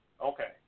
Okay